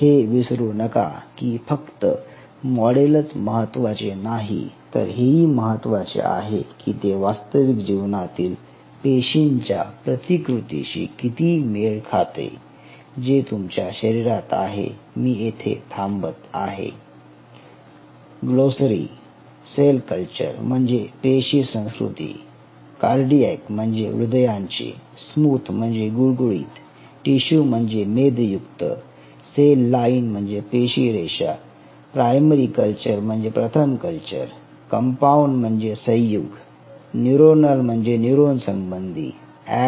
हे विसरू नका की फक्त मॉडेलच महत्त्वाचे नाही तर हेही महत्त्वाचे आहे की ते वास्तविक जीवनातील पेशींच्या प्रतिकृतीशी किती मेळ खाते जे तुमच्या शरीरात आहे